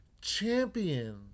champion